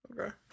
Okay